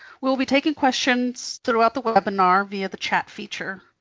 we'll be taking questions throughout the webinar via the chat feature.